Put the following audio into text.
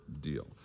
deal